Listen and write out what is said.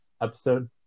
episode